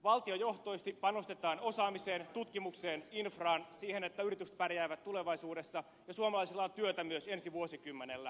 valtiojohtoisesti panostetaan osaamiseen tutkimukseen infraan siihen että yritykset pärjäävät tulevaisuudessa ja suomalaisilla on työtä myös ensi vuosikymmenellä